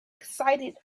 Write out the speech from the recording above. excited